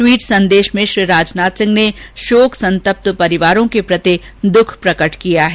tweet संदेश में श्री राजनाथ सिंह ने शोक संतप्त परिवारों के प्रति दुख प्रकट किया है